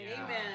Amen